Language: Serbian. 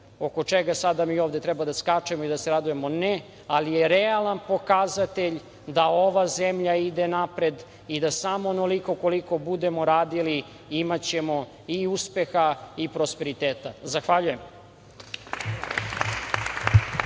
oko čega sada mi ovde treba da skačemo i da se radujemo? Ne, ali je realan pokazatelj da ova zemlja ide napred i da samo onoliko koliko budemo radili imaćemo i uspeha i prosperiteta. Zahvaljujem.